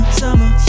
summer